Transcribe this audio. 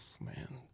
Man